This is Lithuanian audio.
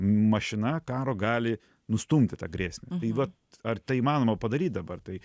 mašina karo gali nustumti tą grėsmę tai vat ar tai įmanoma padaryt dabar tai